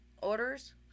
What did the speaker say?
orders